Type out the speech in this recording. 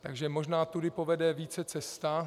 Takže možná tudy povede více cesta.